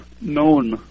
known